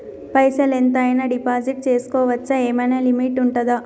పైసల్ ఎంత అయినా డిపాజిట్ చేస్కోవచ్చా? ఏమైనా లిమిట్ ఉంటదా?